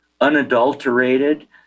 unadulterated